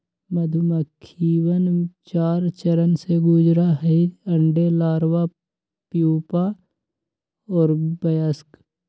मधुमक्खिवन चार चरण से गुजरा हई अंडे, लार्वा, प्यूपा और वयस्क